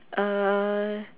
uh